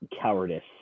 cowardice